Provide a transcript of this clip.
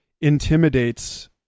intimidates